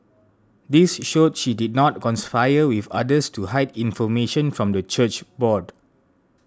this showed she did not conspire with others to hide information from the church board